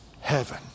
heaven